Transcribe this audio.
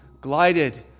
glided